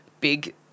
big